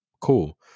Cool